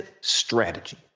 strategy